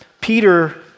Peter